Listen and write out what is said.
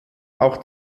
auch